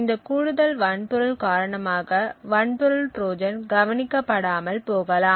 இந்த கூடுதல் வன்பொருள் காரணமாக வன்பொருள் ட்ரோஜன் கவனிக்க படாமல் போகலாம்